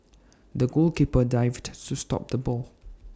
the goalkeeper dived to stop the ball